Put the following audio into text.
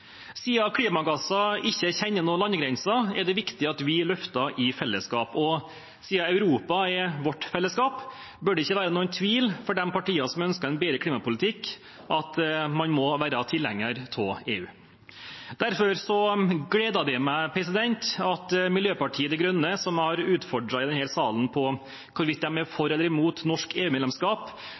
ikke kjenner noen landegrenser, er det viktig at vi løfter i fellesskap, og siden Europa er vårt fellesskap, bør det ikke være noen tvil for de partiene som ønsker en bedre klimapolitikk, om at man må være tilhenger av EU. Derfor gleder det meg at Miljøpartiet De Grønne, som har blitt utfordret i denne salen på hvorvidt de er for eller imot norsk